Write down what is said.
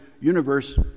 universe